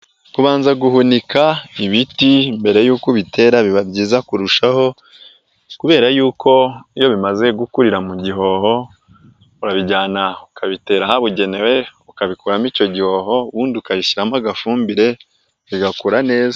Kubanza guhunika ibiti mbere y'uko ubitera biba byiza kurushaho, kubera yuko iyo bimaze gukurira mu gihoho, urabijyana ukabitera ahabugenewe, ukabikuramo icyo gihoho, ubundi ukabishyiramo agafumbire bigakura neza.